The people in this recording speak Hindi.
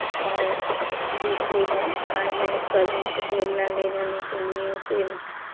और दूसरी बात आज नहीं कल उनको बोला है ले जाने के लिए इसिम